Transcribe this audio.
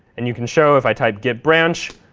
and you can show, if i type git branch,